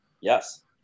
Yes